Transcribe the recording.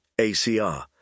ACR